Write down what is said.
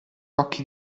occhi